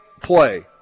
play